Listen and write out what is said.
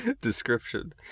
description